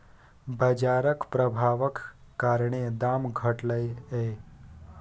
बजारक प्रभाबक कारणेँ दाम घटलै यै